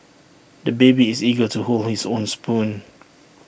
the baby is eager to hold his own spoon